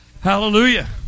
Hallelujah